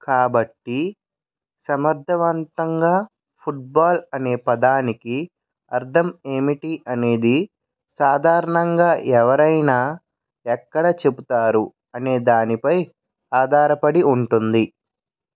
కాబట్టి సమర్థవంతంగా ఫుట్బాల్ అనే పదానికి అర్థం ఏమిటి అనేది సాధారణంగా ఎవరైనా ఎక్కడ చెబుతారు అనే దానిపై ఆధారపడి ఉంటుంది